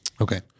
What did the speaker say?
Okay